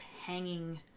hanging